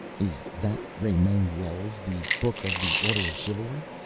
is that ramon lull's the booke of the ordre of chyualry?